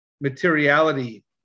materiality